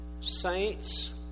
Saints